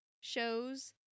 shows